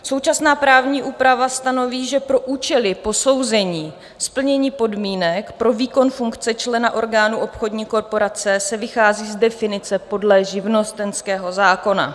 Současná právní úprava stanoví, že pro účely posouzení splnění podmínek pro výkon funkce člena orgánu obchodní korporace se vychází z definice podle živnostenského zákona.